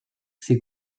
ces